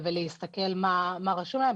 ולהסתכל מה רשום עליהם.